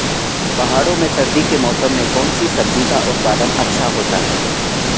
पहाड़ों में सर्दी के मौसम में कौन सी सब्जी का उत्पादन अच्छा होता है?